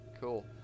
Cool